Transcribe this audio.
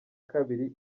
kabiri